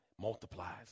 multiplies